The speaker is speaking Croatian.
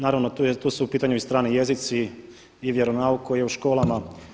Naravno tu su u pitanju i strani jezici i vjeronauk koji je u školama.